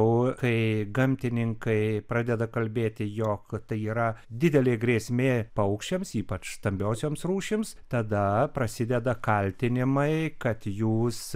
o kai gamtininkai pradeda kalbėti jog tai yra didelė grėsmė paukščiams ypač stambiosioms rūšims tada prasideda kaltinimai kad jūs